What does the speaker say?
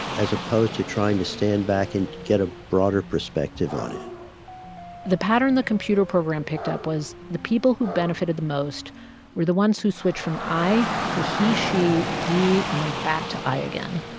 as opposed to trying to stand back and get a broader perspective on it the pattern the computer program picked up was the people who benefited the most were the ones who switched from i to he, she, we and then back to i again.